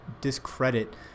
discredit